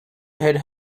had